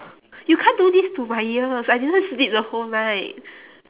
you can't do this to my ears I didn't sleep the whole night